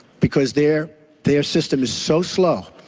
because their their system is so slow,